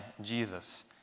jesus